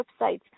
websites